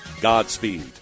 Godspeed